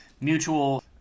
Mutual